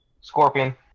Scorpion